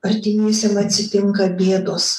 artimiesiem atsitinka bėdos